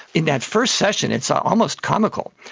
in that first session it's ah almost comical,